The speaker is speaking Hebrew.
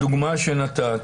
בדוגמה שנתת,